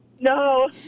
No